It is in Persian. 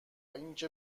اینکه